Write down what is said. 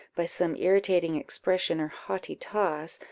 by some irritating expression or haughty toss,